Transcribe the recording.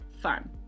fun